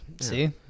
See